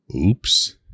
Oops